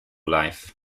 life